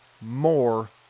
more